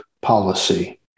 policy